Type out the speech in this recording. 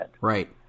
Right